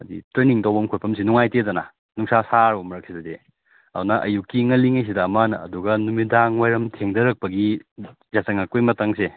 ꯍꯥꯏꯗꯤ ꯇ꯭ꯔꯦꯅꯤꯡ ꯇꯧꯐꯝ ꯈꯣꯠꯐꯝꯁꯤ ꯅꯨꯡꯉꯥꯏꯇꯦꯗꯅ ꯅꯨꯡꯁꯥ ꯁꯥꯈ꯭ꯔꯕ ꯃꯔꯛꯁꯤꯗꯗꯤ ꯑꯗꯨꯅ ꯑꯌꯨꯛꯀꯤ ꯉꯜꯂꯤꯉꯩꯁꯤꯗ ꯑꯃ ꯑꯗꯨꯒ ꯅꯨꯃꯤꯗꯥꯡ ꯋꯥꯏꯔꯝ ꯊꯦꯡꯗꯔꯛꯄꯒꯤ ꯌꯥꯆꯪ ꯉꯛꯄꯩ ꯃꯇꯥꯡꯁꯦ